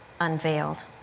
unveiled